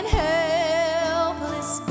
helpless